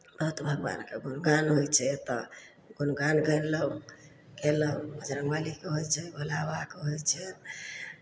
बहुत भगवानके गुणगान होइ छै एतय गुणगान कयलहुँ कयलहुँ बजरङ्ग बलीके होइ छै भोला बाबाके होइ छै